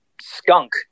skunk